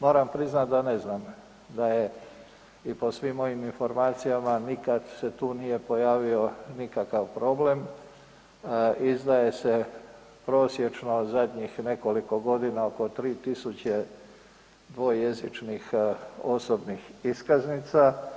Moram priznati da ne znam da je i po svim mojim informacijama, nikad se tu nije pojavio nikakav problem, izdaje se prosječno zadnjih nekoliko godina oko 3 tisuće dvojezičnih osobnih iskaznica.